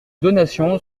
donation